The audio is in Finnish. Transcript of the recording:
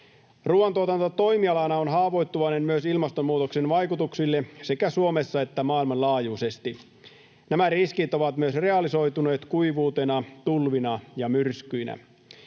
Ruuantuotanto toimialana on haavoittuvainen myös ilmastonmuutoksen vaikutuksille sekä Suomessa että maailmanlaajuisesti. Nämä riskit ovat myös realisoituneet kuivuutena, tulvina ja myrskyinä.